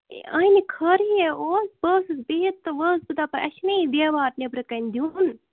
A اَہَنہِ خٲرٕے یے اوس بہٕ ٲسٕس بِہِتھ تہٕ وۄنۍ ٲسٕس بہٕ دَپان اَسہِ چھُنہ یہِ دیوار نٮ۪برٕ کَنہِ دِیُن